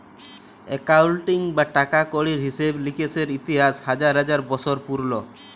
accounting বা টাকা কড়ির হিসেব লিকেসের ইতিহাস হাজার হাজার বসর পুরল